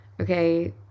okay